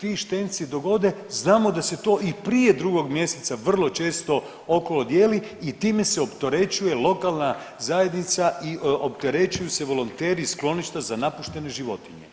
ti štenci dogode znamo da se to i prije drugog mjeseca vrlo često okolo dijeli i time se opterećuje lokalna zajednica i opterećuju se volonteri skloništa za napuštene životinje.